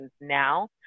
now